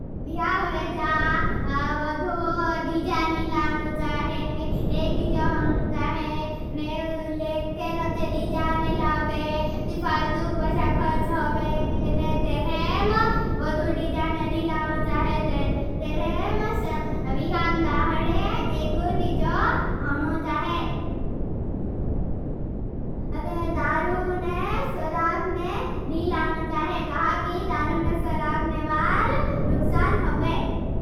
विहां होगे जान बदू दीज़ा नी लावनु चाहे। एक दीज़ो होनु चाहे ने लेके नते दीज़ा ने लावे। ती फाल्तू पस्या खर्ष होगे। ने तेहेम बदू दीज़ा ने नी लावनु चाहे। तेहेम विहां दाहरे एक दीज़ो होनु चाहे दारू ने सराब ने नी लावनु चाहे। कहा कि दारू ने सराब ने वार नुक्सान होगे